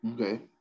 Okay